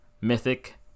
mythic